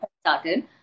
started